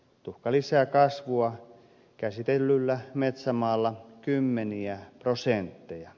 tuhka lisää kasvua käsitellyllä metsämaalla kymmeniä prosentteja